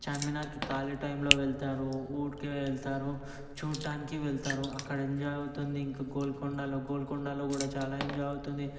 చార్మినార్కి ఖాళీ టైమ్లో వెళ్తారు ఊరికే వెళ్తారు చూడడానికి వెళ్తారు అక్కడ ఎంజాయ్ అవుతుంది ఇంక గోల్కొండలో గోల్కొండలో కూడా చాలా ఎంజాయ్ అవుతుంది